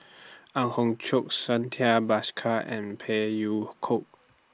Ang Hiong Chiok Santha Bhaskar and Phey Yew Kok